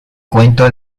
cuento